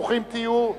ברוכים תהיו,